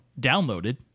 downloaded